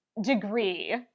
degree